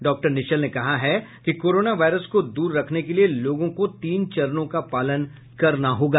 doctor Nishchal ने कहा है कि कोरोना वायरस को दूर रखने के लिए लोगों को तीन चरणों का पालन करना होगा